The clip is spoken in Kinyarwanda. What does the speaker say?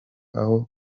aho